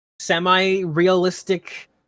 semi-realistic